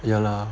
ya lah